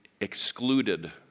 excluded